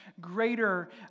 greater